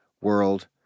world